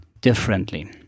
differently